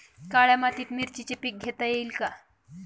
काळ्या मातीत मिरचीचे पीक घेता येईल का?